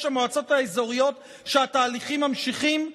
המועצות האזוריות שהתהליכים נמשכים?